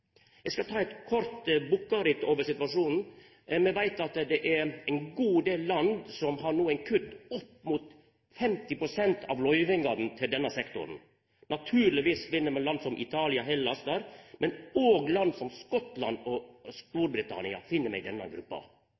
Eg skal ta eit kort bukkeritt over situasjonen. Me veit at det er ein god del land som no har kutta opp mot 50 pst. av løyvingane til denne sektoren. Naturlegvis finn me land som Italia og Hellas der, men me finn òg land som Skottland og Storbritannia i denne gruppa.